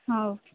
ହଉ